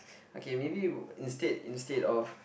okay maybe instead instead of